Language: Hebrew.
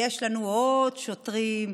יש לנו עוד שוטרים,